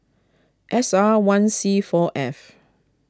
S R one C four F